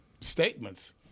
statements